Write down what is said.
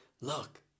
Look